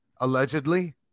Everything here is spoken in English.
allegedly